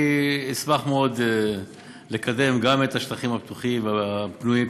אני אשמח מאוד לקדם גם את השטחים הפתוחים והפנויים,